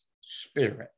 spirit